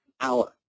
hour